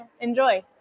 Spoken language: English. enjoy